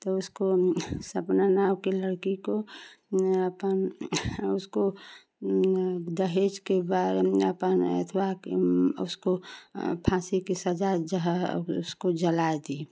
तो उसको सपना नाम की लड़की को मैं अपन उसको दहेज के बारे में अपन एतबा उसको फाँसी की सजा ज़हर उसको जला दी